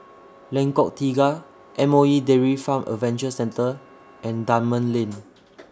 Lengkok Tiga M O E Dairy Farm Adventure Centre and Dunman Lane